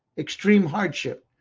extreme hardship,